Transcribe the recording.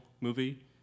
movie